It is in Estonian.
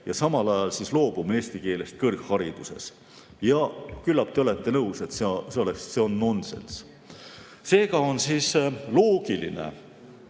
ja samal ajal loobume eesti keelest kõrghariduses. Küllap te olete nõus, et see on nonsenss. Seega on loogiline,